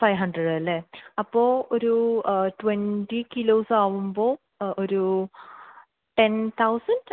five ഹണ്ട്രഡല്ലേ അപ്പോള് ഒരു ട്വൻറ്റി കിലോസാവുമ്പോള് ഒരു ടെൻ തൗസൻഡ്